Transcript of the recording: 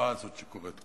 בתופעה הזאת שקורית.